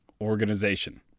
organization